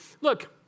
Look